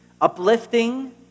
uplifting